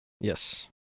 Yes